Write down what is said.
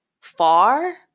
far